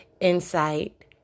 insight